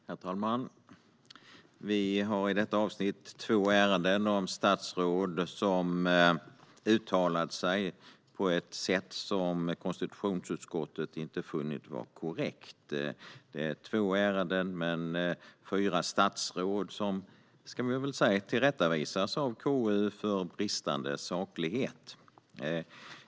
Herr talman! Vi har i detta avsnitt två ärenden om statsråd som har uttalat sig på ett sätt som konstitutionsutskottet inte har funnit varit korrekt. Det är två ärenden men fyra statsråd som tillrättavisas - så kan vi väl säga - av KU för bristande saklighet.